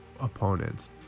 opponents